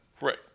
Right